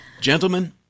Gentlemen